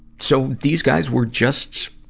so, these guys were just,